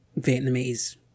Vietnamese